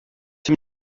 tim